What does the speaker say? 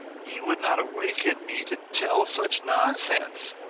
ye would not awaken me to tell such nonsense!